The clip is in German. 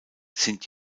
sind